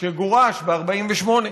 שגורש ב-48'